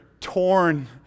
torn